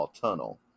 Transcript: Tunnel